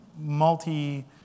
multi-